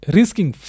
risking